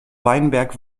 weinberg